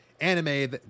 anime